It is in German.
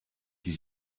die